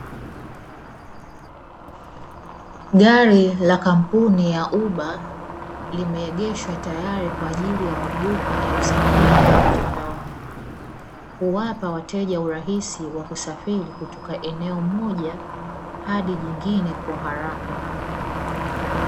Gari la kampuni ya "UBER",limeegeshwa tayari kwa ajili ya huduma ya usafiri wa mtandaoni huwapa wateja urahisi wa kusafiri kutoka eneo moja hadi jingine kwa haraka.